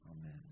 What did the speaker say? Amen